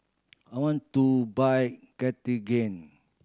I want to buy Cartigain